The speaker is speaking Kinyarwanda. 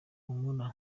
humura